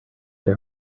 they